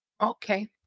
Okay